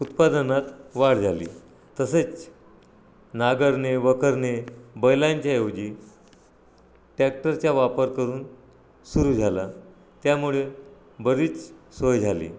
उत्पादनात वाढ झाली तसेच नांगरणे वखरणे बैलांच्या ऐवजी टॅक्टरचा वापर करून सुरू झाला त्यामुळे बरीच सोय झाली